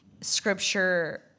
scripture